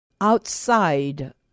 outside